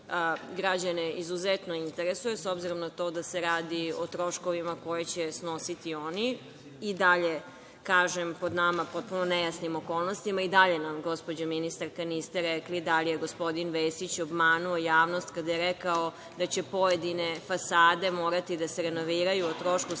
građane izuzetno interesuje, s obzirom na to da se radi o troškovima koje će snositi one, i dalje, kažem, pod potpuno nejasnim okolnostima, i dalje nam, gospođo ministarka, niste rekli da li je gospodin Vesić obmanuo javnost kada je rekao da će pojedine fasade morati da se renoviraju o trošku stanara,